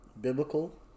biblical